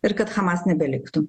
ir kad hamas nebeliktų